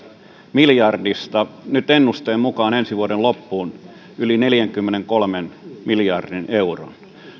miljardista nyt ennusteen mukaan ensi vuoden loppuun yli neljänkymmenenkolmen miljardin euron